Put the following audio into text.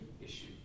issue